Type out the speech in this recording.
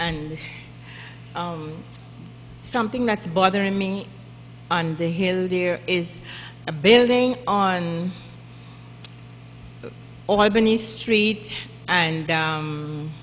and something that's bothering me on the hill there is a building on albany street and